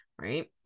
Right